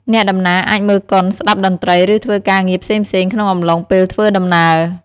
អ្នកដំណើរអាចមើលកុនស្តាប់តន្ត្រីឬធ្វើការងារផ្សេងៗក្នុងអំឡុងពេលធ្វើដំណើរ។